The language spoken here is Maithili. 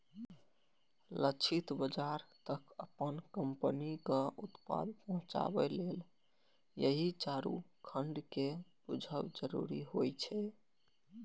लक्षित बाजार तक अपन कंपनीक उत्पाद पहुंचाबे लेल एहि चारू खंड कें बूझब जरूरी होइ छै